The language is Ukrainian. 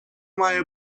має